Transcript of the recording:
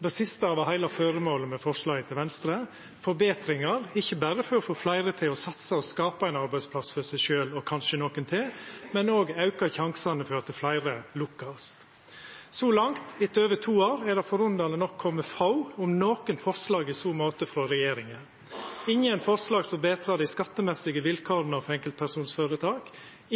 Føremålet med forslaget frå Venstre var forbetringar ikkje berre å få fleire til å satsa og skapa ein arbeidsplass for seg sjølv og kanskje nokon til, men òg å auka sjansane for at fleire lukkast. Så langt, etter over to år, er det forunderleg nok kome få, om nokon, forslag i så måte frå regjeringa – ingen forslag som betrar dei skattemessige vilkåra for enkeltpersonføretak,